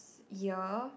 year